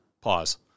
Pause